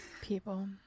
people